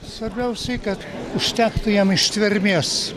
svarbiausiai kad užtektų jam ištvermės